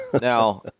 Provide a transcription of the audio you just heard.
Now